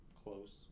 close